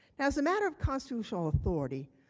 as a matter of constitutional authority,